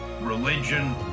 religion